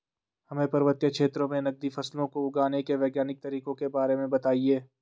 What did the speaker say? हमें पर्वतीय क्षेत्रों में नगदी फसलों को उगाने के वैज्ञानिक तरीकों के बारे में बताइये?